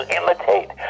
imitate